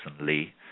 Lee